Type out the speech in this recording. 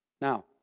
Now